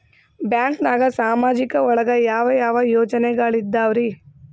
ಬ್ಯಾಂಕ್ನಾಗ ಸಾಮಾಜಿಕ ಒಳಗ ಯಾವ ಯಾವ ಯೋಜನೆಗಳಿದ್ದಾವ್ರಿ?